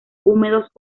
húmedos